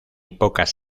pocas